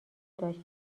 داشت